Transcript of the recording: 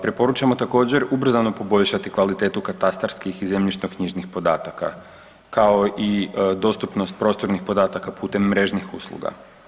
Preporučamo također ubrzano poboljšati kvalitetu katastarskih i zemljišno-knjižnih podataka kao i dostupnost prostornih podataka putem mrežnih usluga.